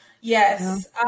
Yes